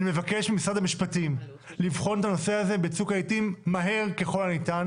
אני מבקש ממשרד המשפטים לבחון את הנושא הזה בצוק העיתים מהר ככל הניתן.